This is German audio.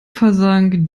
versank